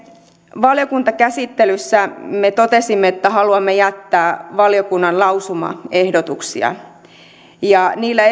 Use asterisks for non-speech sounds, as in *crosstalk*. valiokuntakäsittelyssä me totesimme että haluamme jättää valiokunnan lausumaehdotuksia niillä *unintelligible*